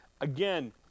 Again